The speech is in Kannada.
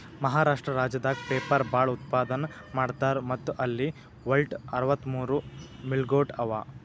ಮಹಾರಾಷ್ಟ್ರ ರಾಜ್ಯದಾಗ್ ಪೇಪರ್ ಭಾಳ್ ಉತ್ಪಾದನ್ ಮಾಡ್ತರ್ ಮತ್ತ್ ಅಲ್ಲಿ ವಟ್ಟ್ ಅರವತ್ತಮೂರ್ ಮಿಲ್ಗೊಳ್ ಅವಾ